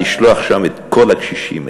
לשלוח את כל הקשישים,